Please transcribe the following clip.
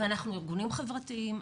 ואנחנו ארגונים חברתיים,